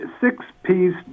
six-piece